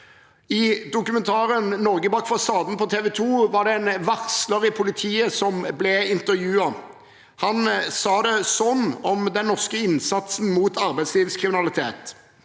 I dokumentaren Norge bak fasaden på TV 2 var det en varsler i politiet som ble intervjuet. Han sa det sånn om den norske innsatsen mot arbeidslivskriminalitet: